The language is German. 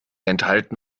enthalten